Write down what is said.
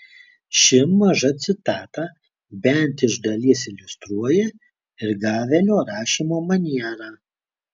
ši maža citata bent iš dalies iliustruoja ir gavelio rašymo manierą